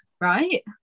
right